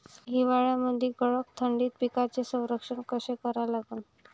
हिवाळ्यामंदी कडक थंडीत पिकाचे संरक्षण कसे करा लागन?